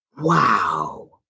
wow